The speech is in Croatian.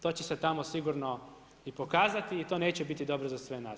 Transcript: To će se tamo sigurno i pokazati i to neće biti dobro za sve nas.